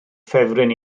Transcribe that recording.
ffefryn